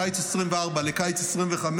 מקיץ 2024 לקיץ 2025,